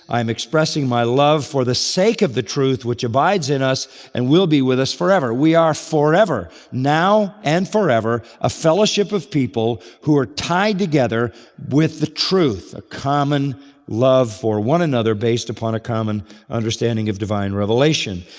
i'm expressing my love for the sake of the truth which abides in us and will be with us forever. we are forever, now and forever a fellowship of people who are tied together with the truth, a common love for one another based upon a common understanding of divine revelation.